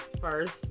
first